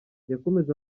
yakomeje